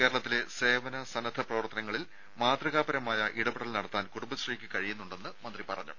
കേരളത്തിലെ സേവന സന്നദ്ധ പ്രവർത്തനങ്ങളിൽ മാതൃകാപരമായ ഇടപെടൽ നടത്താൻ കുടുംബശ്രീക്ക് കഴിയുന്നുണ്ടെന്ന് മന്ത്രി പറഞ്ഞു